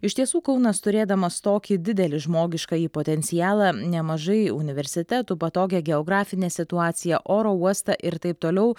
iš tiesų kaunas turėdamas tokį didelį žmogiškąjį potencialą nemažai universitetų patogią geografinę situaciją oro uostą ir taip toliau